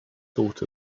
thought